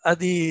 Adi